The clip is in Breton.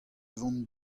vont